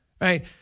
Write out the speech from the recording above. right